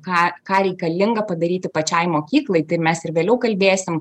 ką ką reikalinga padaryti pačiai mokyklai tai mes ir vėliau kalbėsim